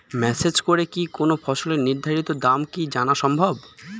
Message করে কোন ফসলের নির্ধারিত দাম কি জানা সম্ভব?